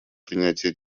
принятия